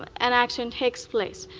an action takes place.